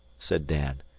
said dan.